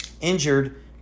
injured